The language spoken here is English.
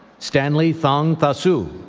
stanley thawng thaceu,